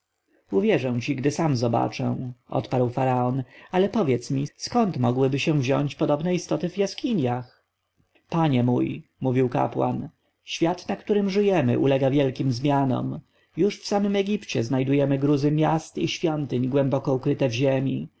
uwierzę ci gdy sam zobaczę odparł faraon ale powiedz mi skąd mogłyby się wziąć podobne istoty w jaskiniach panie mój mówił kapłan świat na którym żyjemy ulega wielkim zmianom już w samym egipcie znajdujemy gruzy miast i świątyń głęboko ukryte w ziemi